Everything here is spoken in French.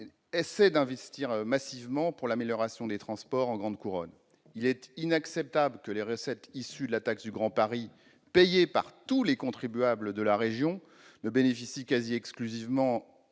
c'est d'investir massivement pour l'amélioration des transports en grande couronne. Il est inacceptable que les recettes issues de la taxe du Grand Paris, payée par tous les contribuables de la région, bénéficient quasi exclusivement